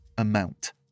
amount